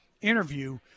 interview